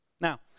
Now